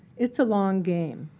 it's a long game.